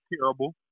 terrible